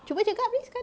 cuba cakap ni sekarang